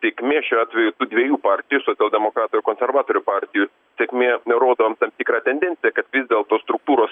sėkmė šiuo atveju dviejų partijų socialdemokratų ir konservatorių partijų sėkmė rodo tam tikrą tendenciją kad vis dėlto struktūros